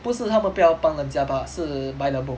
不是他们不要帮人家 but 是 by the book